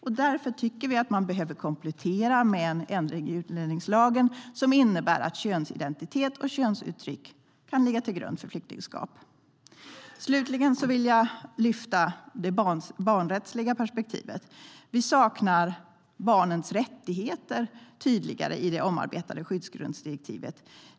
Vi tycker därför att man behöver komplettera med en ändring i utlänningslagen som innebär att könsidentitet och könsuttryck kan ligga till grund för flyktingskap. Slutligen vill jag ta upp det barnrättsliga perspektivet. Vi saknar tydlig hänvisning till barnens rättigheter i det omarbetade skyddsgrundsdirektivet.